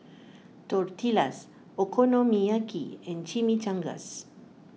Tortillas Okonomiyaki and Chimichangas